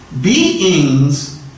Beings